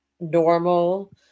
normal